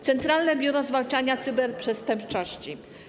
Centralne Biuro Zwalczania Cyberprzestępczości.